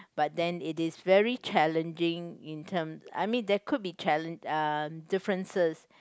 but then it very challenging in term I mean there could be challen~ um differences